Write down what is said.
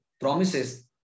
promises